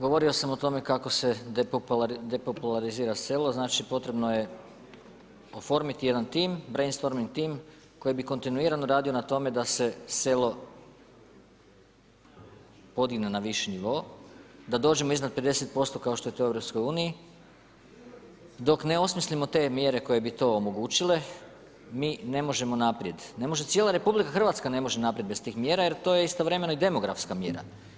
Govorio sam o tome kako se depopularizira selo, znači potrebno je oformiti jedan tim, brain storming tim koji bi kontinuirano radio na tome da se selo podigne na viši nivo, da dođemo iznad 50% kao što je to u EU, dok ne osmislimo te mjere koje bi to omogućile mi ne možemo naprijed, cijela RH ne može naprijed bez tih mjera jer to je istovremeno i demografska mjera.